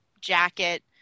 jacket